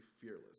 fearless